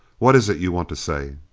what is it you want to say?